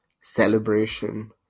celebration